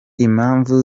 impamvu